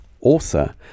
author